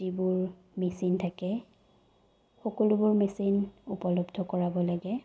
যিবোৰ মেচিন থাকে সকলোবোৰ মেচিন উপলব্ধ কৰাব লাগে